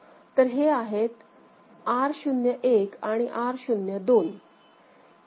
तर हे आहेत R01 आणि R02